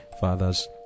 fathers